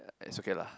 it's okay lah